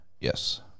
Yes